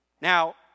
Now